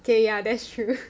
okay ya that's true